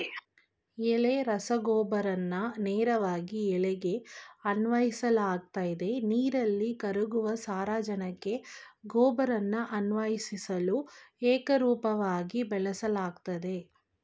ಎಲೆ ರಸಗೊಬ್ಬರನ ನೇರವಾಗಿ ಎಲೆಗೆ ಅನ್ವಯಿಸಲಾಗ್ತದೆ ನೀರಲ್ಲಿ ಕರಗುವ ಸಾರಜನಕ ಗೊಬ್ಬರನ ಅನ್ವಯಿಸಲು ಏಕರೂಪವಾಗಿ ಬಳಸಲಾಗ್ತದೆ